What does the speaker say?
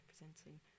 representing